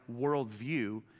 worldview